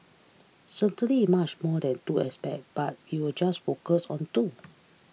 certainly much more than two aspect but we'll just focus on two